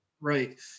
Right